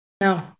No